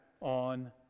on